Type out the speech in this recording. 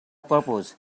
purpose